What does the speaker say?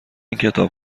کتاب